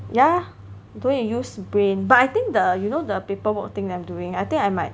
ya don't need to use brain but I think the you know the people will think that I'm doing I think I might